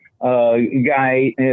guy